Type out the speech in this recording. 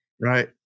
Right